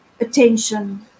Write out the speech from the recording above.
attention